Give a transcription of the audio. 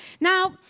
Now